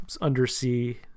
undersea